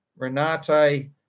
Renate